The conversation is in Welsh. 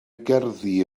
gerddi